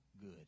good